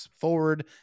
forward